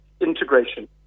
integration